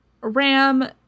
ram